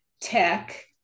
Tech